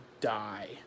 die